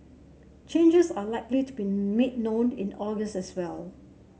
changes are likely to be made known in August as well